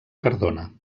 cardona